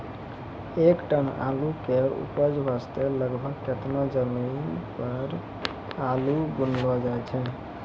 एक टन आलू के उपज वास्ते लगभग केतना जमीन पर आलू बुनलो जाय?